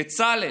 בצלאל,